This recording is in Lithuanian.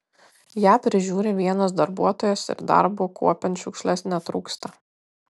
ją prižiūri vienas darbuotojas ir darbo kuopiant šiukšles netrūksta